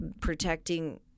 protecting